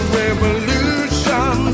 revolution